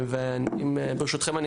ברשותכם,